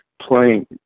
playing